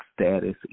status